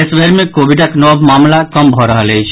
देशभरि मे कोविडक नव मामिला कम भऽ रहल अछि